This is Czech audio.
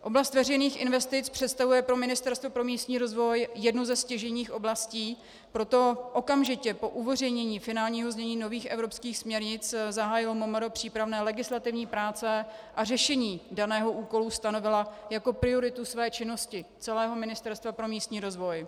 Oblast veřejných investic představuje pro místní rozvoj jednu ze stěžejních oblastí, proto okamžitě po uveřejnění finálního znění nových evropských směrnic zahájilo MMR přípravné legislativní práce a řešení daného úkolu stanovilo jako prioritu své činnosti, celého Ministerstva pro místní rozvoj.